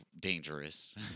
dangerous